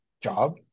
job